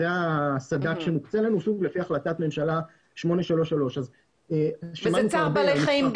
זה הסד"כ שמוקצה לנו לפי החלטת ממשלה 833. זה צער בעלי חיים,